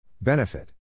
Benefit